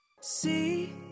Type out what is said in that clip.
See